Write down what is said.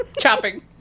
Chopping